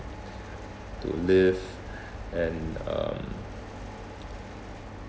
to live and um